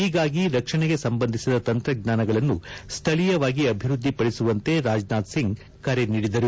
ಹೀಗಾಗಿ ರಕ್ಷಣೆಗೆ ಸಂಬಂಧಿಸಿದ ತಂತ್ರಜ್ಙಾನಗಳನ್ನು ಸ್ಥಳೀಯವಾಗಿ ಅಭಿವೃದ್ದಿಪಡಿಸುವಂತೆ ರಾಜನಾಥ್ ಸಿಂಗ್ ಕರೆ ನೀಡಿದರು